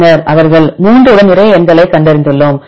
பின்னர் அவர்கள் 3 உடன் நிறைய எண்களைக் கண்டறிந்துள்ளோம்